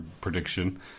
prediction